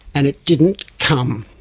and it didn't come,